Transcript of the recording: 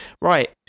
right